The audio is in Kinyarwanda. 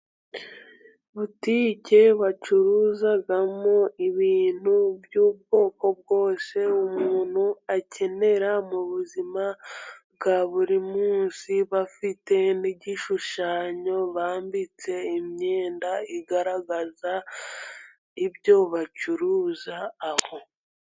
Butike bacuruzamo ibintu by'ubwoko bwose, umuntu akenera mu buzima bwa buri munsi, bafite ni igishushanyo bambitse imyenda igaragaza ibyo bacuruza aho.